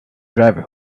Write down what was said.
driver